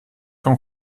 vom